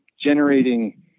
generating